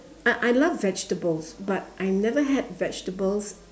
I I love vegetables but I never had vegetables